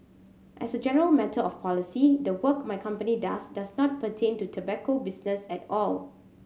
as a general matter of policy the work my company does does not pertain to tobacco business at all